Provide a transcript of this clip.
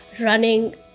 running